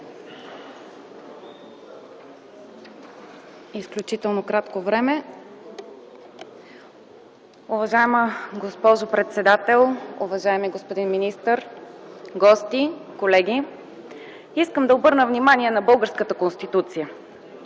Изключително кратко време.